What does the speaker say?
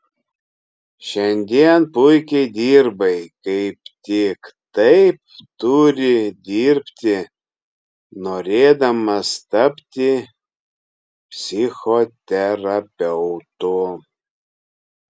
šiandien puikiai dirbai kaip tik taip turi dirbti norėdamas tapti psichoterapeutu